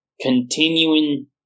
continuing